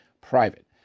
private